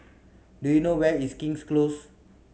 do you know where is King's Close